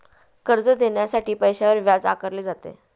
कर्ज देण्यासाठी पैशावर व्याज आकारले जाते